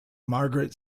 margaret